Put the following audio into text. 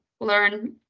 learn